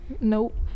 nope